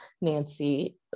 nancy